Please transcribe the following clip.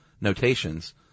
notations